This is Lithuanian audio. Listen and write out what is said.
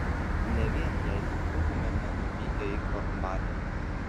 ne vien jei tik būtumėme nuvykę į kornvalį